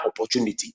opportunity